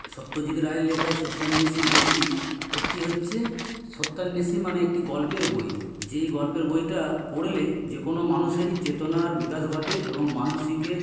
সত্যজিৎ রায়ের লেখা এই সত্যান্বেষী বইটি একটি হচ্ছে সত্যান্বেষী মানে একটি গল্পের বই যে গল্পের বইটা পড়লে যে কোনো মানুষেরই চেতনার বিকাশ ঘটে এবং মানসিকে